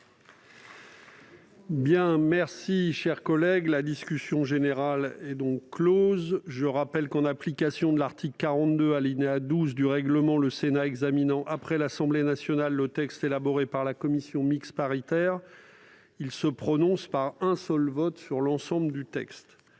du texte élaboré par la commission mixte paritaire. Je rappelle que, en application de l'article 42, alinéa 12, du règlement, le Sénat examinant après l'Assemblée nationale le texte élaboré par la commission mixte paritaire, il se prononce par un seul vote sur l'ensemble du texte.